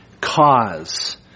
cause